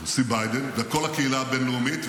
הנשיא ביידן וכל הקהילה הבין-לאומית,